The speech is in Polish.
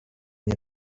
nie